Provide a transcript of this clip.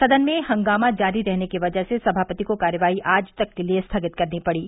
सदन में हंगामा जारी रहने की वजह से सभापति को कार्यवाही आज तक के लिये स्थगित करनी पड़ी